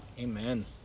Amen